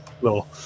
little